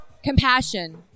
Compassion